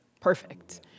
perfect